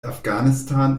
afghanistan